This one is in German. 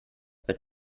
bei